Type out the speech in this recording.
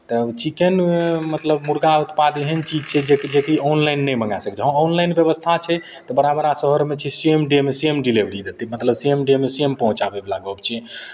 तऽ चिकेन मतलब मुरगा उत्पाद एहन चीज छै जे कि जे कि ऑनलाइन नहि मंगा सकै छी हँ ऑनलाइन व्यवस्था छै तऽ बड़ा बड़ा शहरमे छै सेम डेमे सेम डिलिवरी देतै मतलब सेम डेमे सेम पहुँचाबयवला गप्प छै